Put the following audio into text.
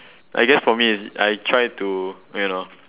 I guess for me is I try to you know